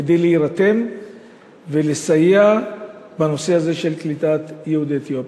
כדי להירתם ולסייע בנושא הזה של קליטת יהודי אתיופיה.